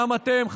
גם אתם,